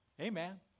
Amen